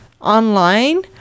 online